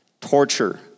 torture